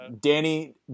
Danny